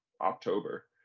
October